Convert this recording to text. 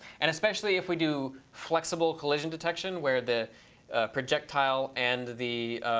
and especially if we do flexible collision detection where the projectile and the